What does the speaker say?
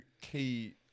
key